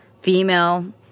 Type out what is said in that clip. female